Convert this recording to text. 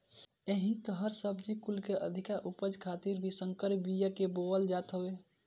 एही तहर सब्जी कुल के अधिका उपज खातिर भी संकर बिया के बोअल जात हवे